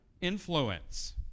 influence